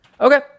Okay